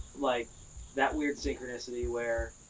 like that weird synchronicity where